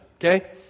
okay